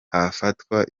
hafatwa